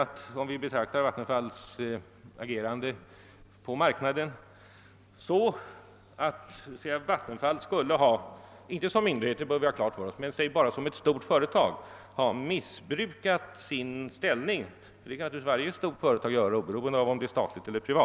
Det vore också felaktigt att betrakta Vattenfalls agerande på marknaden så att Vattenfall skulle ha missbrukat sin ställning gentemot konsumenterna i sin egenskap av ett mycket stort företag — såsom naturligtvis varje stort företag kan göra, oberoende av om det är statligt eller privat.